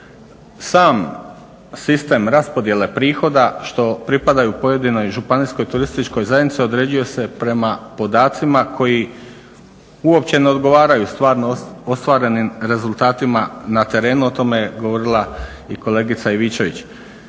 Sam sistem raspodjele prihoda što pripadaju pojedinoj županijskoj turističkoj zajednici određuje se prema podacima koji uopće ne odgovaraju stvarno ostvarenim rezultatima na terenu. O tome je govorila i kolegica Ivčević.